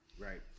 Right